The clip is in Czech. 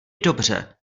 dobře